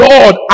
Lord